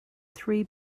three